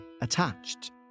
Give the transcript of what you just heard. attached